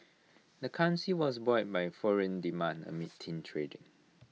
the currency was buoyed by foreign demand amid thin trading